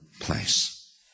place